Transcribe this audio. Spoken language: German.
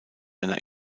eine